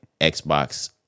Xbox